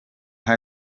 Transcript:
high